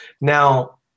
Now